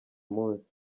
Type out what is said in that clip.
munsi